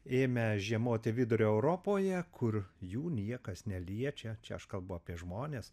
ėmę žiemoti vidurio europoje kur jų niekas neliečia čia aš kalbu apie žmones